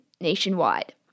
nationwide